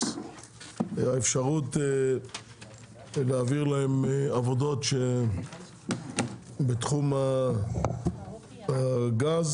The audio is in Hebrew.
האפשרות להעביר להם עבודות שבתחום הגז